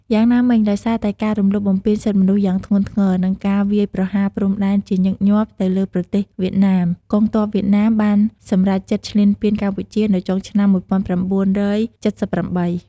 យ៉ាងណាមិញដោយសារតែការរំលោភបំពានសិទ្ធិមនុស្សយ៉ាងធ្ងន់ធ្ងរ និងការវាយប្រហារព្រំដែនជាញឹកញាប់ទៅលើប្រទេសវៀតណាម កងទ័ពវៀតណាមបានសម្រេចចិត្តឈ្លានពានកម្ពុជានៅចុងឆ្នាំ១៩៧៨។